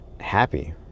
happy